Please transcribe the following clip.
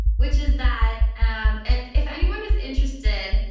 which is that um if if anyone is interested,